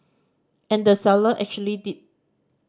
and the seller actually did